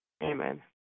Amen